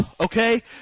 okay